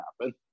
happen